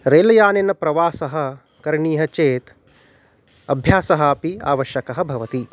रेलयानेन प्रवासः करणीयः चेत् अभ्यासः अपि आवश्यकः भवति